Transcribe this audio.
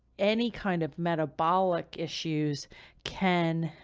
any kind of metabolic issues can,